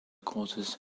causes